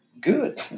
good